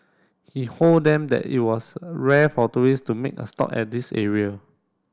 he hold them that it was rare for tourists to make a stop at this area